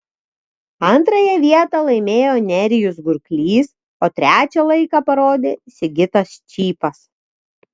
antrąją vietą laimėjo nerijus gurklys o trečią laiką parodė sigitas čypas